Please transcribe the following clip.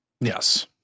Yes